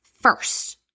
first